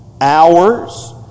hours